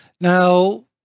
Now